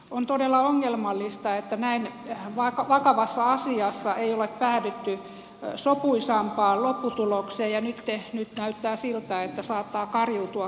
on todella ongelmallista että näin vakavassa asiassa ei ole päädytty sopuisampaan lopputulokseen ja nyt näyttää siltä että saattaa kariutua koko hanke